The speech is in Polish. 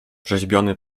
wrzeźbiony